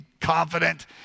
confident